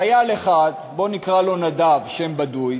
חייל אחד, בואו נקרא לו נדב, שם בדוי,